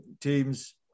teams